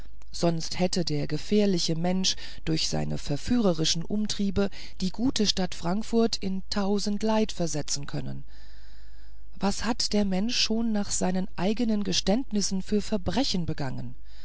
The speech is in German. sonst hätte der gefährliche mensch durch seine entführerischen umtriebe die gute stadt frankfurt in tausend leid versetzen können was hat der mensch schon nach seinen eignen geständnissen für verbrechen begangen